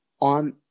on